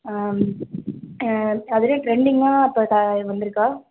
அதிலே ட்ரெண்டிங்காக இப்போ தா வந்திருக்கா